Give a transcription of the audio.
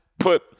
put